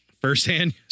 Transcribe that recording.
Firsthand